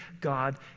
God